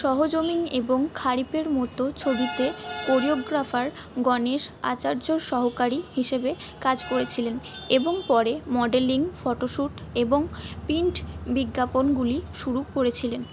সহ জমিন এবং খালিফের মতো ছবিতে কোরিওগ্রাফার গণেশ আচার্যর সহকারী হিসেবে কাজ করেছিলেন এবং পরে মডেলিং ফটোশুট এবং প্রিন্ট বিজ্ঞাপনগুলি শুরু করেছিলেন